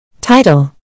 Title